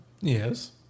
yes